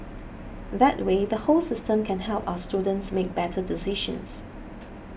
that way the whole system can help us students make better decisions